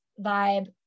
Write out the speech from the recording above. vibe